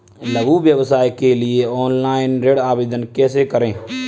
लघु व्यवसाय के लिए ऑनलाइन ऋण आवेदन कैसे करें?